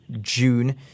June